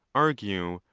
argue,